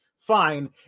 Fine